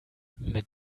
mit